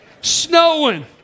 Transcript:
snowing